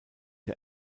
der